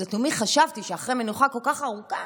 אז לתומי חשבתי שאחרי מנוחה כל כך ארוכה